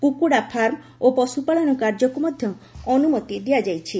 କୁକୁଡ଼ା ଫାର୍ମ ଓ ପଶୁପାଳନ କାର୍ଯ୍ୟକୁ ମଧ୍ୟ ଅନୁମତି ଦିଆଯାଇଛି